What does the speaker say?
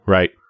Right